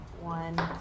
One